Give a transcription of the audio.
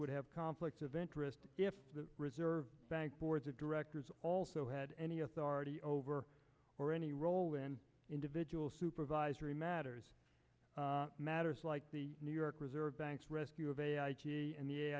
would have conflicts of interest if the reserve bank boards of directors also had any authority over or any role in individual supervisory matters matters like the new york reserve bank rescue of a